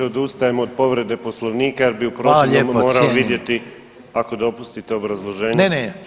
Odustajem od povrede Poslovnika jer bi u protivnom morao vidjeti [[Upadica: Hvala lijepo, cijenim]] ako dopustite obrazloženje…